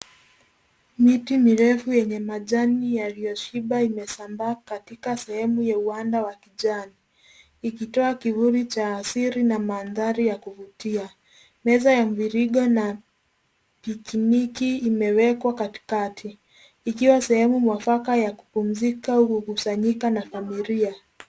Miti mirefu yenye majani yaliyoshiba imesambaa katika sehemu ya uwanja wa kijani ikitoa kivuli cha asili na mandhari ya kuvutia. Meza ya mviringo na picnic imewekwa katikati ikiwa sehemu mwafaka ya kupumzika, kukusanyika na familia.